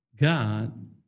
God